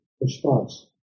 response